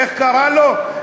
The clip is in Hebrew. איך קרא לו?